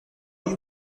you